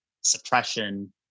suppression